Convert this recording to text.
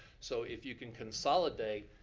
so if you can consolidate,